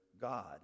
God